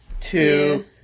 Two